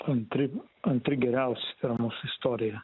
antri antri geriausi per mūsų istoriją